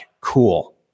cool